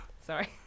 Sorry